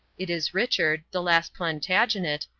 it is richard, the last plantagenet,